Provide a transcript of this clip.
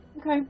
Okay